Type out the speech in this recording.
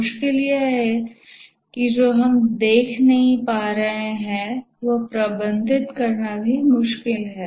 मुश्किल यह है कि जो हम देख नहीं पा रहे हैं वह प्रबंधित करना भी मुश्किल है